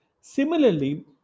Similarly